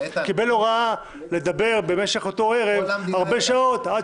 קיבל הוראה לדבר במשך אותו ערב הרבה שעות עד